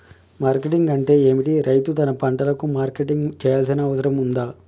Marketing అంటే ఏమిటి? రైతు తన పంటలకు మార్కెటింగ్ చేయాల్సిన అవసరం ఉందా?